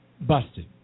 busted